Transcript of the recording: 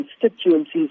constituencies